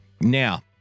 Now